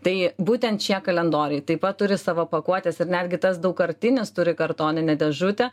tai būtent šie kalendoriai taip pat turi savo pakuotes ir netgi tas daugkartinis turi kartoninę dėžutę